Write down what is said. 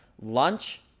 lunch